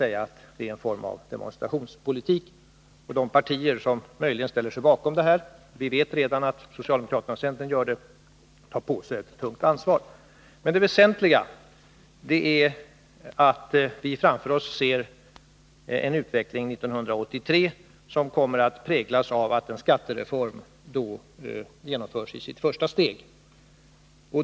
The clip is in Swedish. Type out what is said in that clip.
säga att det är en form av demonstrationspolitik. De partier som ställer sig bakom detta — vi vet redan att socialdemokraterna och centern gör det — tar på sig ett tungt ansvar. Det väsentliga är emellertid att vi framför oss ser en utveckling för 1983 som kommer att präglas av att en skattereform genomförs i sitt första steg.